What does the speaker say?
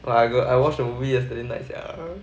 !wah! I got I watched the movie yesterday nice sia